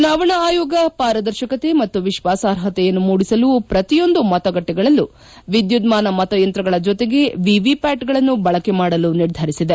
ಚುನಾವಣಾ ಆಯೋಗ ಪಾರದರ್ಶಕತೆ ಮತ್ತು ವಿಶ್ವಾಸಾರ್ಪತೆಯನ್ನು ಮೂಡಿಸಲು ಪ್ರತಿಯೊಂದು ಮತಗಟ್ಟೆಗಳಲ್ಲೂ ವಿದ್ಯುನ್ಮಾನ ಮತ ಯಂತ್ರಗಳ ಜೊತೆಗೆ ವಿವಿಪ್ಯಾಟ್ಗಳನ್ನು ಬಳಕೆ ಮಾಡಲು ನಿರ್ಧರಿಸಿದೆ